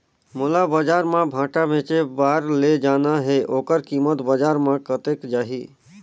मोला बजार मां भांटा बेचे बार ले जाना हे ओकर कीमत बजार मां कतेक जाही?